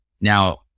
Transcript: now